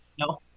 no